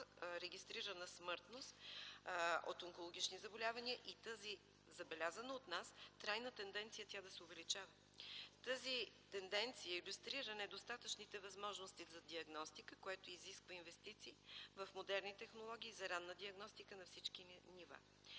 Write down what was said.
регистрирана смъртност от онкологични заболявания и тази забелязана от нас трайна тенденция тя да се увеличава. Тази тенденция илюстрира недостатъчните възможности за диагностика, което изисква инвестиции в модерни технологии за ранна диагностика на всички нива.